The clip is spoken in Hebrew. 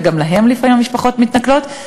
וגם אליהם לפעמים המשפחות מתנכרות.